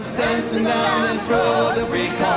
dancin' down this road